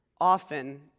often